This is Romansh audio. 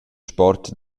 sport